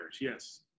yes